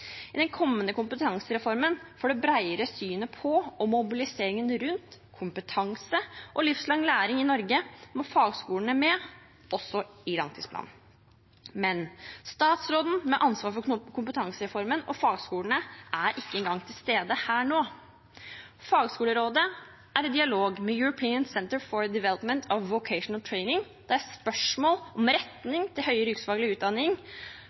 I den kommende kompetansereformen for det bredere synet på og mobilisering rundt kompetanse og livslang læring i Norge må fagskolene med, også i langtidsplanen. Men statsråden med ansvar for kompetansereformen og fagskolene er ikke engang til stede her nå. Fagskolerådet er i dialog med European Centre for the Development of Vocational Training der spørsmål om retning til høyere yrkesfaglig utdanning,